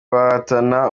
bahatana